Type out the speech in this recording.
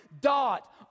dot